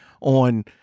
on